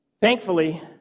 Thankfully